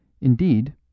Indeed